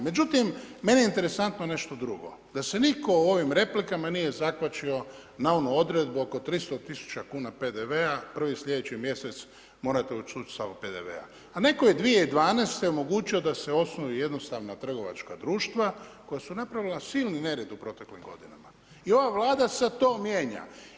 Međutim, meni je interesantno nešto drugo, da se nitko u ovim replikama nije zakvačio na onu odredbu oko 300 000 kuna PDV-a prvi sljedeći mjesec morate ... a netko je 2012. omogućio da se osnuju jednostavna trgovačka društva koja su napravila silni nered u proteklim godinama i ova vlada sad to mijenja.